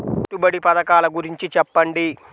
పెట్టుబడి పథకాల గురించి చెప్పండి?